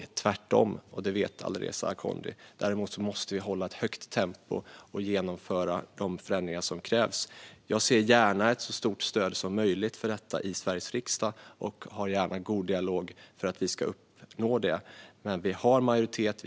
Det är tvärtom, och det vet Alireza Akhondi. Däremot måste vi hålla högt tempo och genomföra de förändringar som krävs. Jag ser gärna ett så stort stöd som möjligt för detta i Sveriges riksdag, och jag för gärna en god dialog för att vi ska uppnå det. Men vi har majoritet.